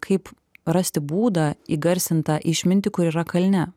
kaip rasti būdą įgarsint tą išmintį kur yra kalne